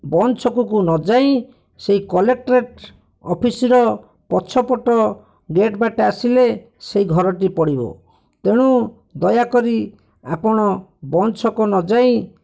ବଞ୍ଚ ଛକକୁ ନଯାଇ ସେଇ କଲେକ୍ଟରେଟ୍ ଅଫିସ୍ ର ପଛପଟ ଗେଟ୍ ବାଟେ ଆସିଲେ ସେ ଘରଟି ପଡ଼ିବ ତେଣୁ ଦୟାକରି ଆପଣ ବଞ୍ଚ ଛକ ନଯାଇ